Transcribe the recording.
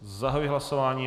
Zahajuji hlasování.